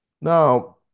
Now